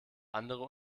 andere